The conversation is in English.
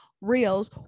reels